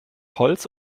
holz